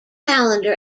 calendar